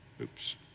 Oops